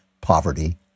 poverty